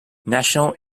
national